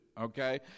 okay